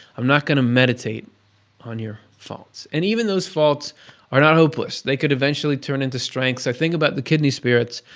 i'm not going to meditate on your faults. and even those faults are not hopeless. they can eventually turn into strengths. like think about the kidney spirits,